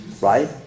right